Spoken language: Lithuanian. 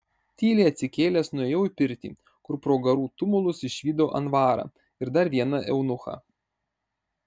tyliai atsikėlęs nuėjau į pirtį kur pro garų tumulus išvydau anvarą ir dar vieną eunuchą